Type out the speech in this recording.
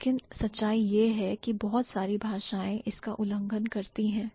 लेकिन सच्चाई यह है कि बहुत सारी भाषाएं इसका उल्लंघन करती हैं